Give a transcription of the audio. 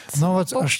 nu vat aš